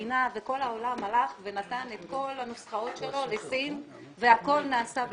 המדינה וכל העולם הלך ונתן את כל הנוסחאות שלו לסין והכול נעשה בסין,